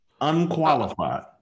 Unqualified